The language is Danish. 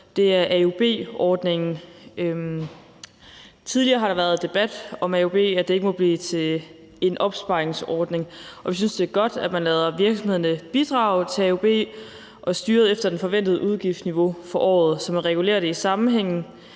godt, er AUB-ordningen. Tidligere har der været debat om AUB og om, at det ikke må blive til en opsparingsordning, og vi synes, det er godt, at man lader virksomhederne bidrage til AUB og styrer efter det forventede udgiftsniveau for året, så man regulerer det i sammenhæng